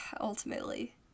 ultimately